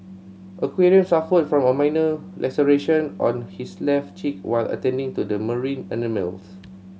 aquarium suffered from a minor laceration on his left cheek while attending to the marine animals